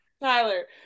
Tyler